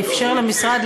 ואפשר למשרד,